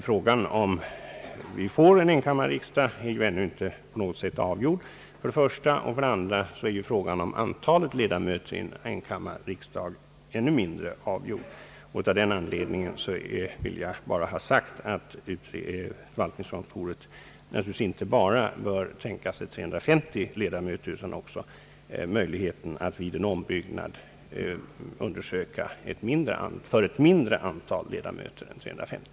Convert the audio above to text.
Frågan om vi får en enkammarriksdag är emellertid ännu för det första inte avgjord, och för det andra är frågan om antalet ledamöter i en enkammarriksdag ännu mindre avgjord. Av den anledningen vill jag ha sagt att förvaltningskontoret naturligtvis inte bara bör tänka på en riksdag med 350 ledamöter utan också undersöka möjligheterna av en ombyggnad för en kammare bestående av ett mindre antal ledamöter än 350.